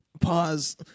Pause